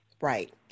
Right